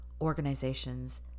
organizations